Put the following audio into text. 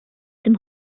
dem